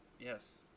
Yes